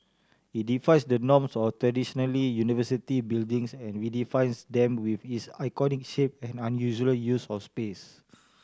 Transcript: it defies the norms of traditionally university buildings and redefines them with its iconic shape and unusual use for space